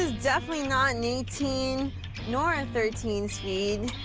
ah definitely not an eighteen nor a thirteen speed.